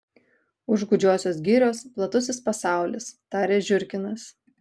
už gūdžiosios girios platusis pasaulis tarė žiurkinas